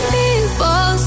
people